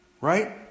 Right